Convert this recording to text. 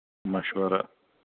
مَشورا